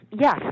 yes